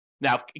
Now